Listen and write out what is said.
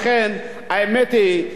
האמת היא,